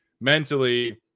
mentally